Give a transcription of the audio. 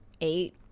eight